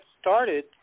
started